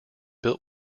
built